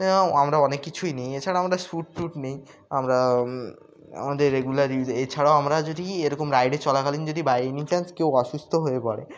আমরা অনেক কিছুই নিই এছাড়া আমরা স্যুট টুট নেই আমরা আমাদের রেগুলার ইউজ এছাড়াও আমরা যদি এরকম রাইডে চলাকালীন যদি বাই এনি চান্স কেউ অসুস্থ হয়ে পড়ে